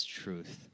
truth